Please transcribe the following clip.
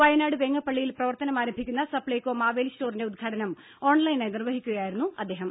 വയനാട് വെങ്ങപ്പള്ളിയിൽ പ്രവർത്തനമാരംഭിക്കുന്ന സപ്പൈകോ മാവേലി സ്റ്റോറിന്റെ ഉദ്ഘാടനം ഓൺലൈനായി നിർവ്വഹിച്ച് സംസാരിക്കുകയായിരുന്നു അദ്ദേഹം